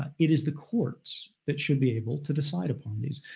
ah it is the courts that should be able to decide upon these.